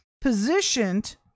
positioned